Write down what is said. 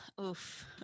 oof